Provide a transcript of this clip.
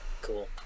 Cool